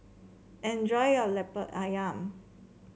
enjoy your Lemper ayam